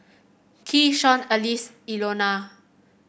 Keyshawn Alize Ilona